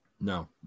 No